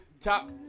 top